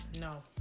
no